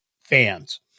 fans